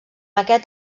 aquest